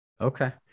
Okay